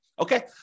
okay